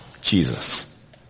Jesus